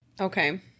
Okay